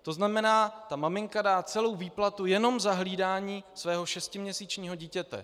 To znamená, že maminka dá celou výplatu jenom za hlídání svého šestiměsíčního dítěte.